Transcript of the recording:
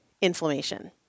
inflammation